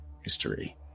history